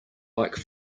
like